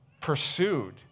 pursued